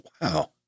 wow